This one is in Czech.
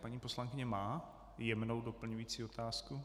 Paní poslankyně má jemnou doplňující otázku?